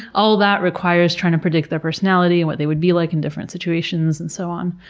all that requires trying to predict their personality, and what they would be like in different situations, and so on.